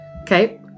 Okay